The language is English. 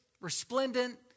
resplendent